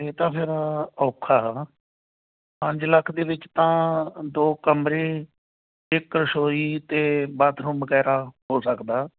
ਇਹ ਤਾਂ ਫਿਰ ਔਖਾ ਹੈ ਨਾ ਪੰਜ ਲੱਖ ਦੇ ਵਿੱਚ ਤਾਂ ਦੋ ਕਮਰੇ ਇੱਕ ਰਸੋਈ ਅਤੇ ਬਾਥਰੂਮ ਵਗੈਰਾ ਹੋ ਸਕਦਾ